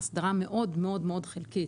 היא הסדרה מאוד-מאוד חלקית.